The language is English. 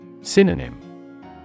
Synonym